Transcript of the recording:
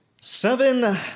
Seven